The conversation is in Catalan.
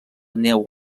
neu